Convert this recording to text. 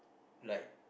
like